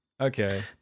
Okay